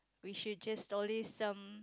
we should just always some